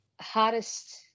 hardest